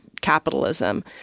capitalism